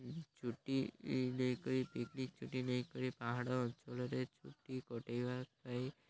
ଛୁଟି ନେଇକରି ପିକ୍ନିକ୍ ଛୁଟି ନେଇକରି ପାହାଡ଼ ଅଞ୍ଚଳରେ ଛୁଟି କଟେଇବା ପାଇଁ